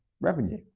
revenue